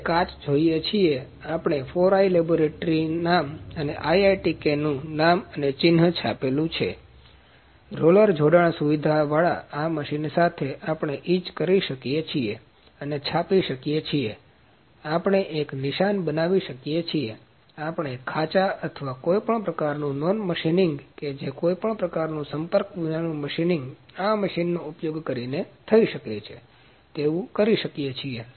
જ્યારે કાચ જોઈએ છીએ આપણે 4i લેબોરેટરી નામ અને IITK નું નામ અને ચિન્હ છાપેલું તેથી રોલર જોડાણ સુવિધાવાળા આ મશીન સાથે આપણે એચ કરી શકીએ છીએ કે આપણે છાપી શકીએ છીએ આપણે એક નિશાન બનાવી શકીએ છીએ આપણે ખાચા અથવા કોઈપણ પ્રકારનું નોન મશીનિંગ કે જે કોઈપણ પ્રકારના સંપર્ક વિનાનું મશીનિંગ આ મશીનનો ઉપયોગ કરીને થઈ શકે છે તેવું કરી શકીએ છીએ